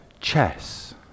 chess